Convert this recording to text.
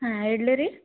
ಹಾಂ ಇಡ್ಲಿ ರೀ